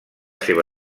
seva